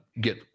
get